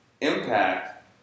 impact